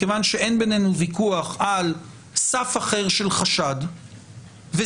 מכיוון שאין בינינו ויכוח על סף אחר של חשד וזהירות,